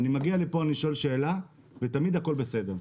אני מגיע לפה, אני שואל שאלה ותמיד הכול בסדר.